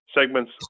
segments